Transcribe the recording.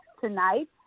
tonight